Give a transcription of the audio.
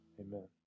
amen